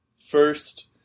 first